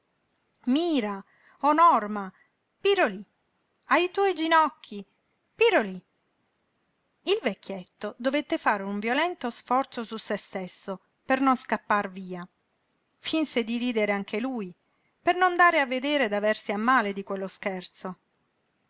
mira o norma pirolí ai tuoi ginocchi pirolí il vecchietto dovette fare un violento sforzo su se stesso per non scappar via finse di ridere anche lui per non dare a vedere d'aversi a male di quello scherzo